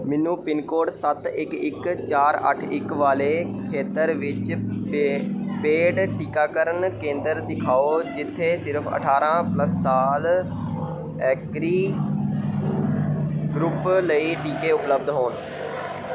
ਮੈਨੂੰ pin code ਸੱਤ ਇੱਕ ਇੱਕ ਚਾਰ ਅੱਠ ਇੱਕ ਵਾਲੇ ਖੇਤਰ ਵਿੱਚ ਪੇ ਪੇਡ ਟੀਕਾਕਰਨ ਕੇਂਦਰ ਦਿਖਾਓ ਜਿੱਥੇ ਸਿਰਫ਼ ਅਠਾਰ੍ਹਾਂ ਪਲੱਸ ਸਾਲ ਐਗਰੀ ਗਰੁੱਪ ਲਈ ਟੀਕੇ ਉਪਲਬਧ ਹੋਣ